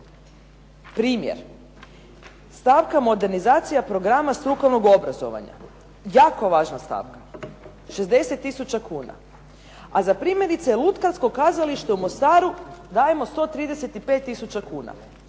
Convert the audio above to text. Primjer, stavka modernizacija programa strukovnog obrazovanja. Jako važna stavka, 60 tisuća kuna, a za primjerice lutkarsko kazalište u Mostaru dajemo 135 tisuća kuna.